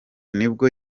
nibwo